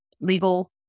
legal